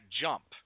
jump